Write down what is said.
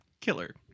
Killer